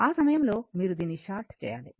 ఆ సమయంలో మీరు దీన్ని షార్ట్ చేయాలి